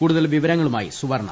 കൂടുതൽ വിവരങ്ങളുമായി സുവർണ്ണ